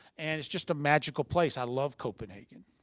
and it's just a magical place. i love copenhagen.